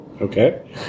Okay